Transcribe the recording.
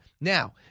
Now